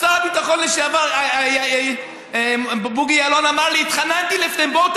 שר הביטחון לשעבר בוגי יעלון אמר לי: התחננתי לפניהם: בואו,